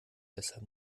weshalb